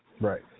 Right